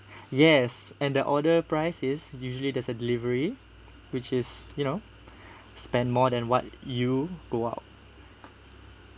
yes and the order price is usually there's a delivery which is you know spend more than what you go out